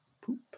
poop